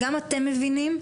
וגם אתם מבינים,